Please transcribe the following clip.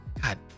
god